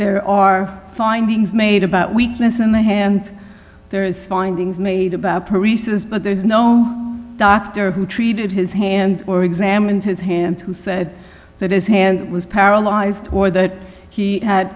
there are findings made about weakness in the hand there is findings made about priests but there is no doctor who treated his hand or examined his hands who said that his hand was paralyzed or that he had